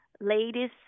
ladies